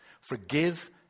Forgive